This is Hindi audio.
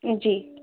जी